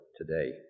today